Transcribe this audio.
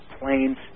planes